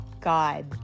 God